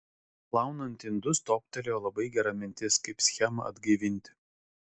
plaunant indus toptelėjo labai gera mintis kaip schemą atgaivinti